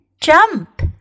jump